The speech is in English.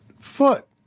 foot